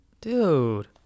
Dude